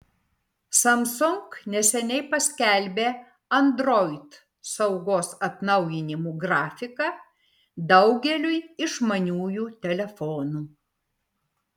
samsung neseniai paskelbė android saugos atnaujinimų grafiką daugeliui išmaniųjų telefonų